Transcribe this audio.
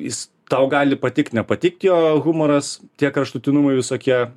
jis tau gali patikt nepatikt jo humoras tie kraštutinumai visokie